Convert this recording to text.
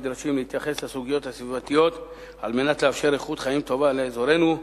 נדרשים להתייחס לסוגיות הסביבתיות כדי לאפשר איכות חיים טובה לאזורנו.